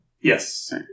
Yes